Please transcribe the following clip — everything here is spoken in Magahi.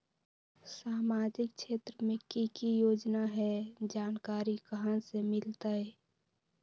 सामाजिक क्षेत्र मे कि की योजना है जानकारी कहाँ से मिलतै?